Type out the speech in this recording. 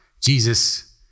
Jesus